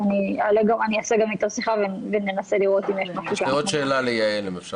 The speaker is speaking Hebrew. ואני אעשה גם איתו שיחה וננסה לראות אם יש משהו שאנחנו --- יעל,